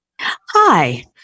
Hi